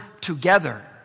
together